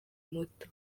muto